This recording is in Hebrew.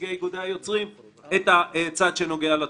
ונציגי איגודי היוצרים את הצד שנוגע לתרבות.